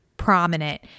Prominent